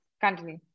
continue